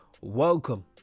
welcome